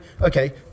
Okay